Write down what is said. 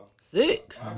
Six